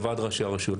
לוועד ראשי הרשויות,